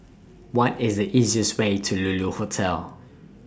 What IS The easiest Way to Lulu Hotel